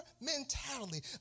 mentality